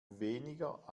weniger